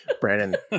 brandon